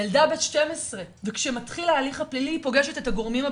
ילדה בת 12. וכשמתחיל ההליך הפלילי היא פוגשת את הגורמים הבאים: